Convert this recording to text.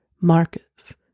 Marcus